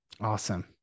Awesome